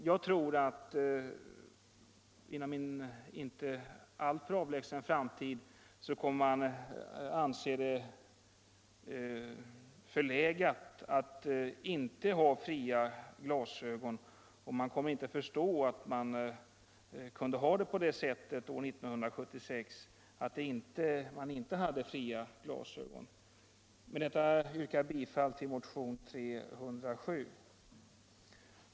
Jag tror att det inom en inte alltför avlägsen framtid kommer att anses förlegat att inte ha fria glasögon, och folk kommer inte att kunna förstå att man år 1976 inte hade fria glasögon. Med detta yrkar jag bifall till motionen 307.